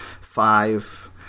five